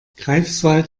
greifswald